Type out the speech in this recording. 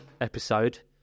episode